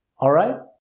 alright?